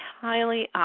highly